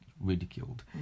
ridiculed